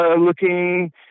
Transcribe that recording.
looking